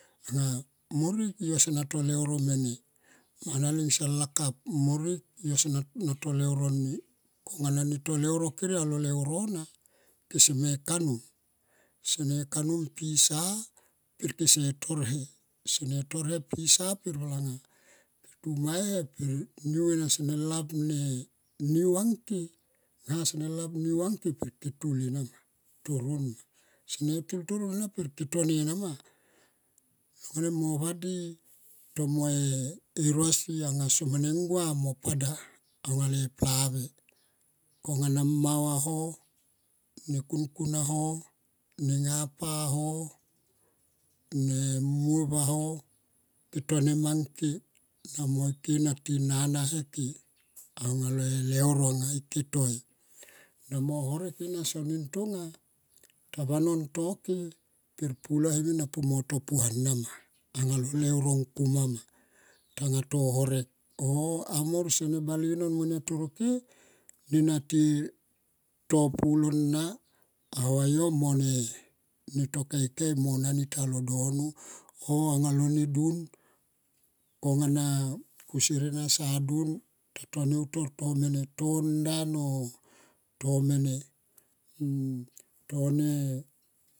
Anga morik yo sona to leuro mene mana leng so lakap morik yo sona to leuro ni konga na ne to leuro kere alo leuro na keseme kanum se ne kanum pisa kese tor he kesene tor he pisa vanga ke tumai e he per niu ena sene lap ne niu ang ke ngha sene lap niu angke tu ena ma. Sene tul toron ena ke tone nama long wanem mo vadi tomo e rosie anga somo nengua mo pada le plave kona mau aho ne kunkun aho ne ngapa ho. Ne muop aho ke to nema ke moike na ti naha ke aunga le leuro anga lke toi. mo horek ena tison tonga tavanon toke per pulo hem ena mo to puhana ma anga lo leuro mo kuma ma tanga to horek on amor sene bale non nene toro ke nena ti to pulo na auva yo mo ne to keikei mo nani talo dono oh anga lo ne dun konga na kusier era sa ne dun ta to neutor to mene to ndan oh mene tone